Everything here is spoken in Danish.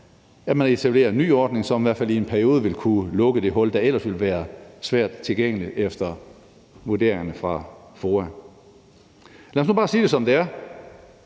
at man etablerer en ny ordning, som i hvert fald i en periode vil kunne lukke det hul, der ellers ville være svært tilgængeligt efter vurdering fra FOA. Lad os nu bare sige det, som det er: